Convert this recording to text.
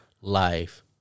life